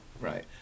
right